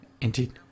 Indeed